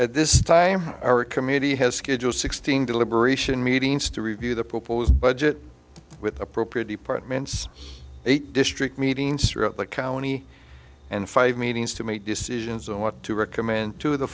at this time our committee has scheduled sixteen deliberation meetings to review the proposed budget with appropriate departments eight district meetings throughout the county and five meetings to make decisions on what to recommend to the